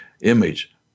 image